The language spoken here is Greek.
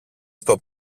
στο